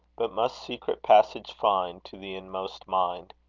but must secret passage find to the inmost mind.